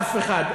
אף אחד.